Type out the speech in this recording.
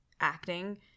acting